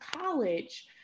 college